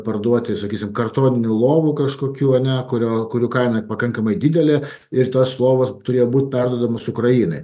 parduoti sakysim kartoninių lovų kažkokių ane kurio kurių kaina pakankamai didelė ir tos lovos turėjo būt perduodamos ukrainai